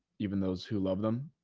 even those who love them,